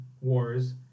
Wars